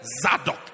Zadok